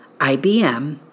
IBM